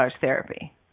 therapy